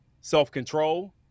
self-control